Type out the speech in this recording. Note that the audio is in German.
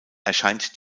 erscheint